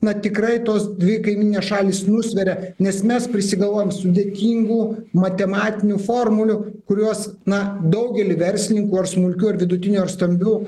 na tikrai tos dvi kaimyninės šalys nusveria nes mes prisigalvojam sudėtingų matematinių formulių kurios na daugelį verslininkų ar smulkių ar vidutiniu ar stambių